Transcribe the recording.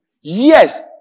Yes